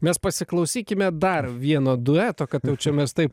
mes pasiklausykime dar vieno dueto kad jau čia mes taip